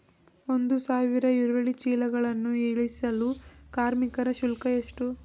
ಒಂದು ಸಾವಿರ ಈರುಳ್ಳಿ ಚೀಲಗಳನ್ನು ಇಳಿಸಲು ಕಾರ್ಮಿಕರ ಶುಲ್ಕ ಎಷ್ಟು?